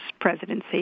presidency